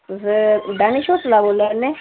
तुस दानिश होटल दा बोला ने